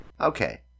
Okay